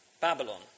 Babylon